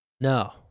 No